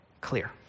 clear